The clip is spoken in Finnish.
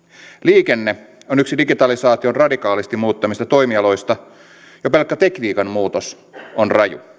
liikenne on yksi digitalisaation radikaalisti muuttamista toimialoista jo pelkkä tekniikan muutos on raju